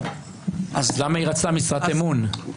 אז למה רצתה משרת אמון?